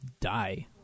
die